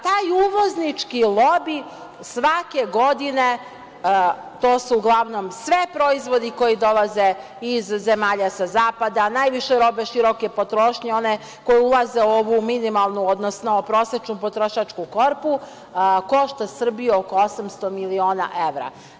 Taj uvoznički lobi svake godine, to su uglavnom svi proizvodi koji dolaze iz zemalja sa zapada, a najviše robe široke potrošnje koje ulaze u ovu minimalnu, odnosno prosečnu potrošačku korpu, košta Srbiju oko 800 miliona evra.